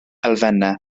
elfennau